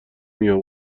میگم